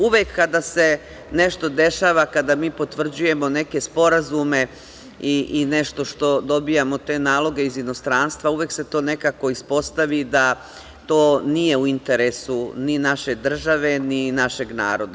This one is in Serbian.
Uvek kada se nešto dešava, kada mi potvrđujemo neke sporazume i nešto što dobijamo naloge iz inostranstva, uvek se to nekako ispostavi da to nije u interesu ni naše države, ni našeg naroda.